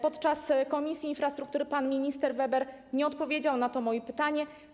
Podczas posiedzenia Komisji Infrastruktury pan minister Weber nie odpowiedział na to moje pytanie.